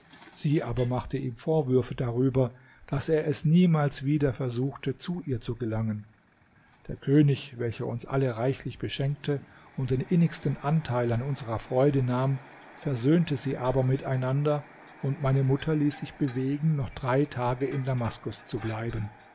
sie aber machte ihm vorwürfe darüber daß er es niemals wieder versuchte zu ihr zu gelangen der könig welcher uns alle reichlich beschenkte und den innigsten anteil an unserer freude nahm versöhnte sie aber miteinander und meine mutter ließ sich bewegen noch drei tage in damaskus zu bleiben